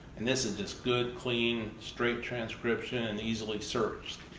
and this is just good, clean, straight transcription and easily searched.